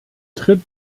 tritt